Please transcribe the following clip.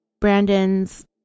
Brandon's